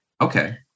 Okay